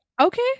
okay